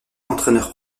entraîneur